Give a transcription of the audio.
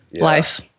life